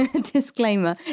Disclaimer